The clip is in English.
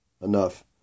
enough